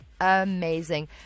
Amazing